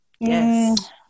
yes